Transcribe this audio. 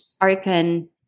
open